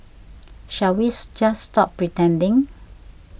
shall we just stop pretending